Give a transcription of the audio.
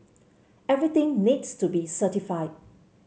everything needs to be certified